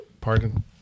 Pardon